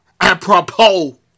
apropos